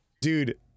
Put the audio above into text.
Dude